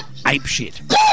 apeshit